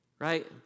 right